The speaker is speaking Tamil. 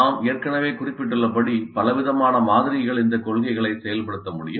நாம் ஏற்கனவே குறிப்பிட்டுள்ளபடி பலவிதமான மாதிரிகள் இந்த கொள்கைகளை செயல்படுத்த முடியும்